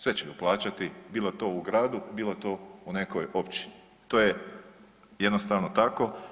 Sve će to plaćati, bilo to u gradu, bilo to u nekoj općini to je jednostavno tako.